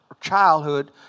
childhood